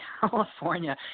California